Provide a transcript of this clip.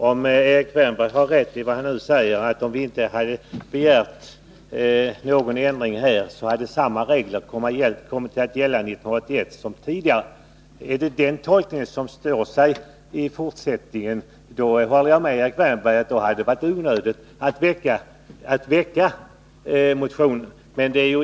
Herr talman! Om Erik Wärnberg har rätt i vad han nu säger, nämligen att samma regler hade kommit att gälla 1981 som tidigare om vi inte hade begärt en ändring, håller jag med honom om att det hade varit onödigt att väcka motionen.